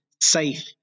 safe